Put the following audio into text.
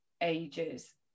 ages